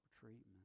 treatment